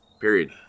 Period